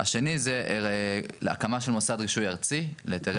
השני זה הקמה של מוסד רישוי ארצי להיתרי